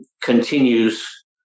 continues